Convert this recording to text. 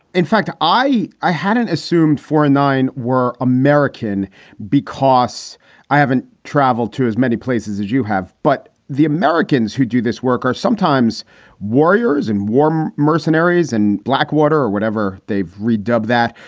in fact, i i hadn't assumed for nine were american because i haven't traveled to as many places as you have. but the americans who do this work are sometimes warriors' and warm mercenaries and blackwater or whatever. they've redub that.